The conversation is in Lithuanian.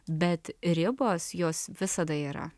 bet ribos jos visada yra